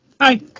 Hi